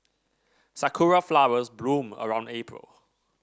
sakura flowers bloom around April